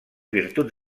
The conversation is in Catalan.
virtuts